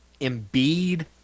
Embiid